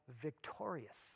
victorious